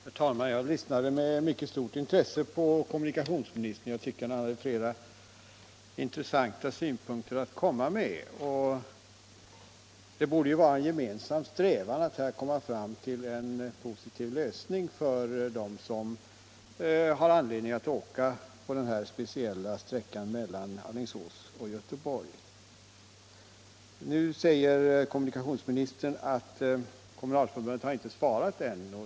Herr talman! Jag lyssnade med mycket stort intresse på kommunikationsministern, och jag tyckte att han hade flera intressanta synpunkter att komma med. Det borde ju också vara en gemensam strävan att nå en positiv lösning för dem som har anledning att åka på sträckan Alingsås-Göteborg. Kommunikationsministern säger att Göteborgsregionens kommunalförbund har inte svarat än.